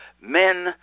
men